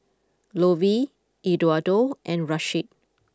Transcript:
Lovey Eduardo and Rasheed